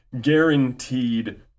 Guaranteed